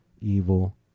evil